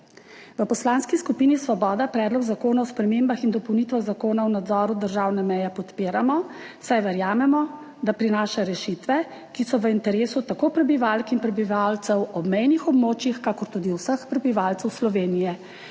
V Poslanski skupini Svoboda Predlog zakona o spremembah in dopolnitvah Zakona o nadzoru državne meje podpiramo, saj verjamemo, da prinaša rešitve, ki so v interesu tako prebivalk in prebivalcev obmejnih območjih kakor tudi vseh prebivalcev Slovenije,